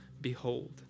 Behold